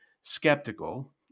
skeptical